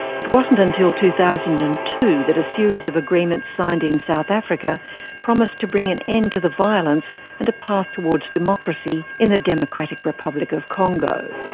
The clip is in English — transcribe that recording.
it wasn't until two thousand and two that a series of agreements signed in south africa promised to bring an end to the violence and a path towards democracy in the democratic republic of congo.